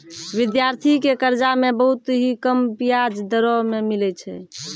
विद्यार्थी के कर्जा मे बहुत ही कम बियाज दरों मे मिलै छै